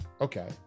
okay